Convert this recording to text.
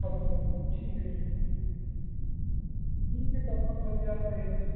اچھا اچھا ٹھیک ہے ٹھیک ہے ٹھیک ہے کنفرم کر دیں آج میری بس